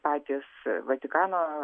patys vatikano